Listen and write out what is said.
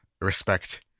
respect